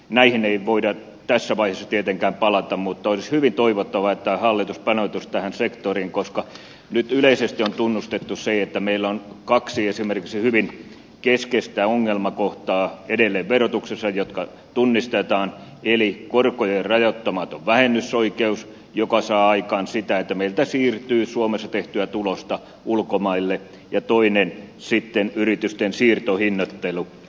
näihin ei voida tässä vaiheessa tietenkään palata mutta olisi hyvin toivottavaa että hallitus paneutuisi tähän sektoriin koska nyt yleisesti on tunnustettu se että meillä on kaksi esimerkiksi hyvin keskeistä ongelmakohtaa edelleen verotuksessa jotka tunnistetaan eli korkojen rajoittamaton vähennysoikeus joka saa aikaan sitä että meiltä siirtyy suomessa tehtyä tulosta ulkomaille ja toiseksi sitten yritysten siirtohinnoittelu